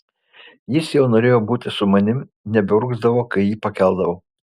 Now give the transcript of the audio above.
jis jau norėjo būti su manimi nebeurgzdavo kai jį pakeldavau